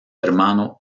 hermano